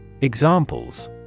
Examples